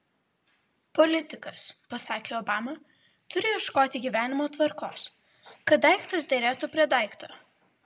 politikas pasakė obama turi ieškoti gyvenimo tvarkos kad daiktas derėtų prie daikto